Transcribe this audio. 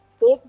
big